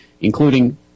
including